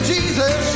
Jesus